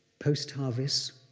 post harvest,